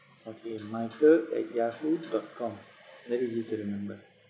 okay malcolm at yahoo dot com very easy to remember